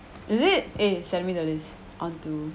is it eh send me the list I want too